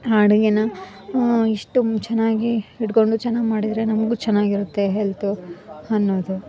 ಅಡುಗೆನ ಇಷ್ಟೊಂದು ಚೆನ್ನಾಗಿ ಹಿಡ್ಕೊಂಡು ಚೆನ್ನಾಗಿ ಮಾಡಿದರೆ ನಮಗೂ ಚೆನ್ನಾಗಿರುತ್ತೆ ಹೆಲ್ತು ಅನ್ನೋದು